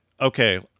Okay